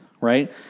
Right